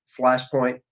Flashpoint